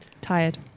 Tired